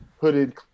hooded